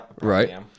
Right